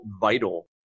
vital